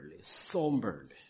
somberly